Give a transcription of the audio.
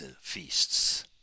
feasts